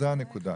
זו הנקודה.